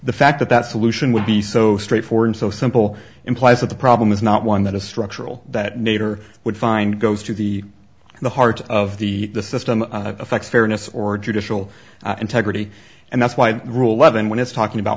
the fact that that solution would be so straightforward so simple implies that the problem is not one that is structural that nader would find goes to the the heart of the the system affects fairness or judicial integrity and that's why the rule eleven when it's talking about